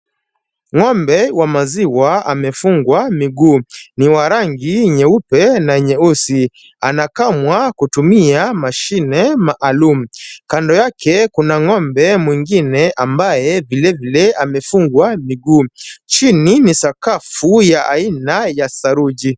Ng'ombe wa maziwa amefungwa miguu, ni wa rangi nyeupe na nyeusi, anakamwa kutumia mashine maalum. Kando yake kuna ng'ombe mwingine ambaye vilevile amefungwa miguu. Chini ni sakafu ya aina ya saruji.